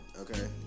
Okay